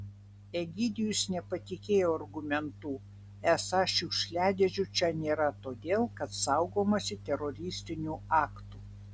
egidijus nepatikėjo argumentu esą šiukšliadėžių čia nėra todėl kad saugomasi teroristinių aktų